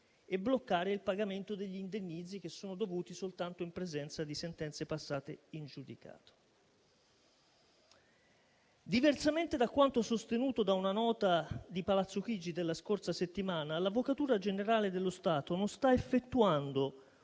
e bloccare il pagamento degli indennizzi che sono dovuti soltanto in presenza di sentenze passate in giudicato. Diversamente da quanto sostenuto da una nota di Palazzo Chigi della scorsa settimana, l'Avvocatura generale dello Stato non sta effettuando